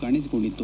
ಕಾಣಿಸಿಕೊಂಡಿತ್ತು